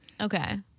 Okay